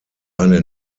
eine